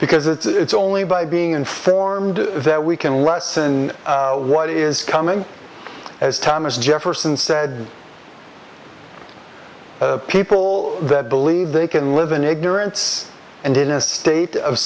because it's only by being informed that we can lessen what is coming as thomas jefferson said people that believe they can live in ignorance and in a state of